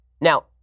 Now